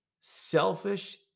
selfish